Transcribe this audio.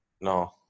no